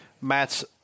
matt's